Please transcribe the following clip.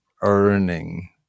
earning